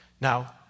Now